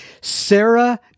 Sarah